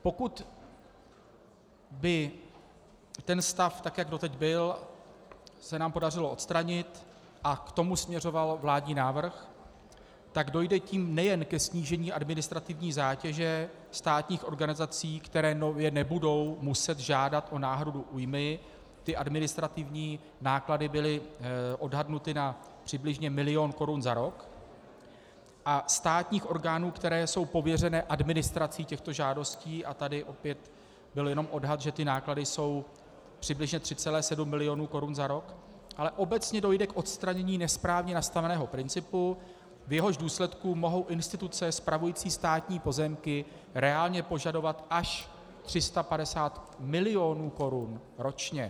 Pokud by se nám ten stav, tak jak dosud byl, podařilo odstranit, a k tomu směřoval vládní návrh, tak tím dojde nejen ke snížení administrativní zátěže státních organizací, které nebudou muset žádat o náhradu újmy, ty administrativní náklady byly odhadnuty na přibližně milion korun za rok, a státních orgánů, které jsou pověřeny administrací těchto žádostí, a tady opět byl jenom odhad, že ty náklady jsou přibližně 3,7 milionu korun za rok, ale obecně dojde k odstranění nesprávně nastaveného principu, v jehož důsledku mohou instituce spravující státní pozemky reálně požadovat až 350 milionů korun ročně.